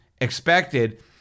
expected